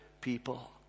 people